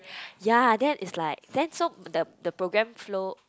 yea then is like then so the the programme flow